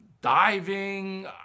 diving